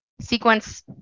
sequence